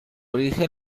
origen